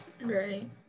right